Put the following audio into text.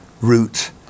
Root